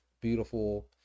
beautiful